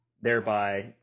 thereby